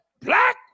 black